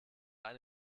eine